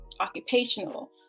occupational